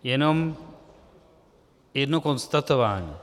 Jednom jedno konstatování.